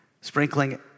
sprinkling